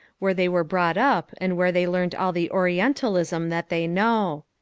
where they were brought up and where they learned all the orientalism that they know.